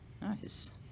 Nice